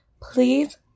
Please